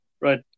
Right